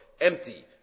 Empty